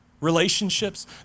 relationships